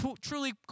truly